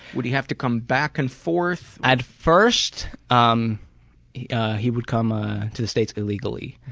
would he have to come back and forth? at first, um he he would come ah to the states illegally.